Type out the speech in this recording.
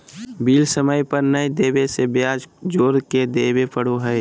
bill समय पर नयय देबे से ब्याज जोर के देबे पड़ो हइ